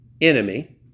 enemy